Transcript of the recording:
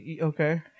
Okay